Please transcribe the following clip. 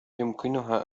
يمكنها